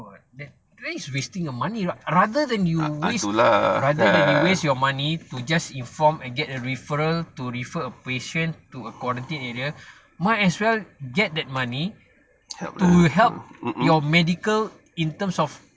oh that that is wasting your money I rather then you waste rather than you waste your money to just inform and get a referral to refer a patient to a quarantine area might as well get that money to help your medical in terms of